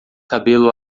cabelo